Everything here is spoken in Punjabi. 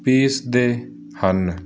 ਪੀਸਦੇ ਹਨ